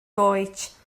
goets